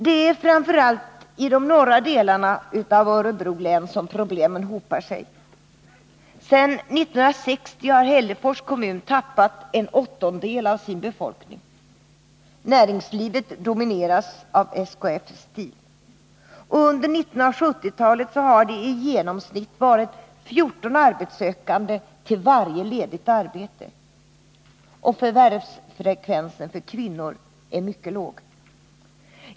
Det är framför allt i de norra delarna av Örebro län som problemen hopar sig. Sedan 1960 har Hällefors kommun tappat en åttondel av sin befolkning. Näringslivet domineras av SKF Steel. Under 1970-talet har det i genomsnitt varit 14 arbetssökande till varje ledigt arbete. Förvärvsfrekvensen för kvinnor är mycket låg.